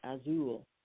Azul